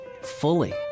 fully